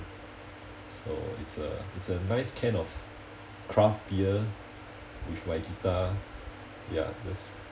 so it's a it's a nice can of craft beer with my guitar ya just